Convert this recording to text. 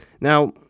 now